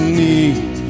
need